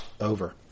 over